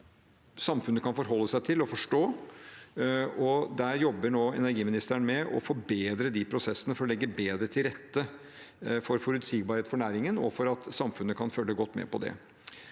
samfunnet kan forholde seg til og forstå. Der jobber nå energiministeren med å forbedre de prosessene, for å legge bedre til rette for forutsigbarhet for næringen, og for at samfunnet kan følge godt med på det.